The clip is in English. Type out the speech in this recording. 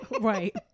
right